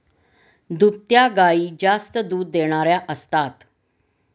दुभत्या गायी जास्त दूध देणाऱ्या असतात